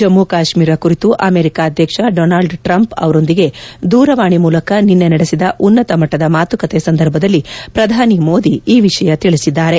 ಜಮ್ನ ಕಾಶ್ನೀರ ಕುರಿತು ಅಮೆರಿಕ ಅಧ್ಯಕ್ಷ Donald Trump ಅವರೊಂದಿಗೆ ದೂರವಾಣಿ ಮೂಲಕ ನಿನ್ನೆ ನಡೆಸಿದ ಉನ್ನತ ಮಟ್ಟದ ಮಾತುಕತೆ ಸಂದರ್ಭದಲ್ಲಿ ಪ್ರಧಾನಿ ಮೋದಿ ಈ ವಿಷಯ ತಿಳಿಸಿದ್ದಾರೆ